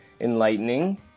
enlightening